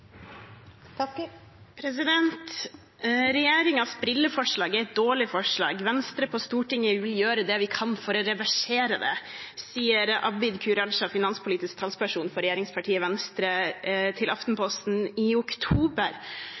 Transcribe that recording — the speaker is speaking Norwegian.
et dårlig forslag. Venstre på Stortinget vil gjøre det vi kan for å reversere det,» sa Abid Q. Raja, finanspolitisk talsperson for regjeringspartiet Venstre til Aftenposten i oktober.